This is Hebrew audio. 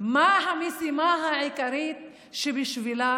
מה המשימה העיקרית שבשבילה